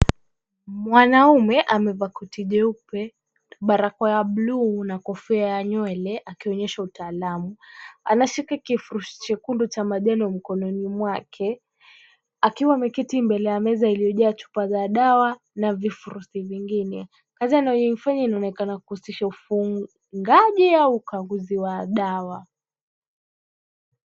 Mwanaume amevaa koti jeupe, barakoa ya bluu na kofia ya nywele akionyesha utaalamu. Anashika kifurushi chekundu cha manjano mkononi mwake, akiwa ameketi mbele ya meza iliyojaa chupa za dawa na vifurushi vingine. Kazi anayoifanya inaonekana kuhusisha ufungaji au ukaguzi wa dawa.